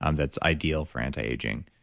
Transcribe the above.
um that's ideal for anti-aging.